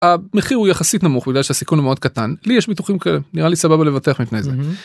המחיר הוא יחסית נמוך בגלל שהסיכון מאוד קטן לי יש ביטוחים כאלה נראה לי סבבה לבטח מפני זה.